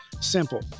Simple